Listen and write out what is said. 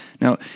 Now